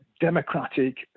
democratic